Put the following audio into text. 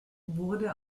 wurde